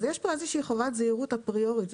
יש פה איזושהי חובת זהירות אפריורית.